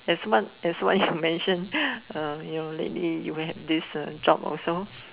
that's why that's why you mentioned um lately you will have this job also